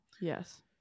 Yes